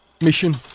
mission